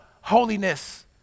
holiness